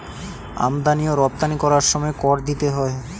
আমদানি ও রপ্তানি করার সময় কর দিতে হয়